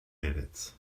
minutes